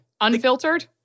Unfiltered